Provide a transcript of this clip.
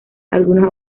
algunos